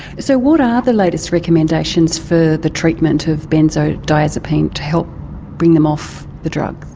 so what are the latest recommendations for the treatment of benzodiazepine, to help bring them off the drugs?